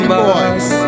boys